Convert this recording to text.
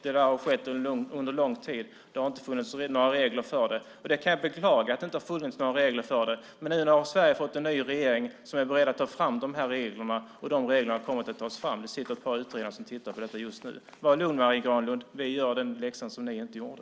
Det har skett under lång tid. Det har inte funnits några regler för det. Jag beklagar att det inte har funnits några regler för det, men nu har Sverige fått en ny regering som är beredd att ta fram de här reglerna. De reglerna kommer att tas fram. Det sitter ett par utredningar som tittar på detta just nu. Var lugn, Marie Granlund, vi gör den läxa som ni inte gjorde!